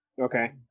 Okay